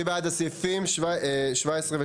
מי בעד סעיפים 17 ו-18?